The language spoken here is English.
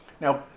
Now